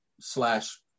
slash